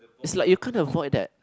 is like you can't avoid that